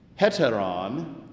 heteron